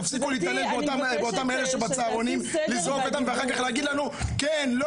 תפסיקו להתעלל באותן אלה שבצהרונים לזרוק אותן ואחר כך להגיד לנו כן לא,